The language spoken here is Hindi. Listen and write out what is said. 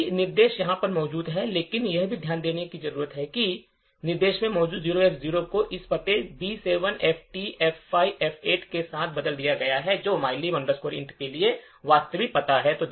वही निर्देश यहाँ पर मौजूद हैं लेकिन यह भी ध्यान दें कि इस निर्देश में मौजूद 0X0 को इस पते B7FTF5F8 के साथ बदल दिया गया है जो mylib int के लिए वास्तविक पता है